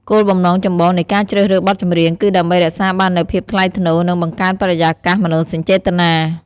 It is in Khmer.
គោលបំណងចម្បងនៃការជ្រើសរើសបទចម្រៀងគឺដើម្បីរក្សាបាននូវភាពថ្លៃថ្នូរ និងបង្កើនបរិយាកាសមនោសញ្ចេតនា។